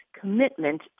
commitment